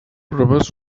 proves